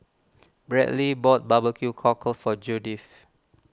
Bradly bought Barbecue Cockle for Judith